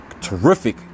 terrific